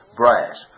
brass